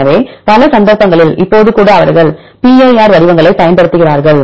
எனவே பல சந்தர்ப்பங்களில் இப்போது கூட அவர்கள் pir வடிவங்களைப் பயன்படுத்துகிறார்கள்